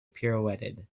pirouetted